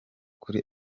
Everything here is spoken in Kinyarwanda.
kuri